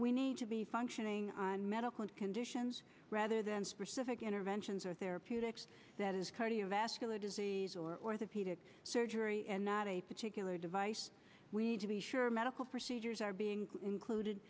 we need to be functioning on medical condition rather than specific interventions or therapeutics that is cardiovascular disease or orthopedic surgery in that a particular device we need to be sure medical procedures are being included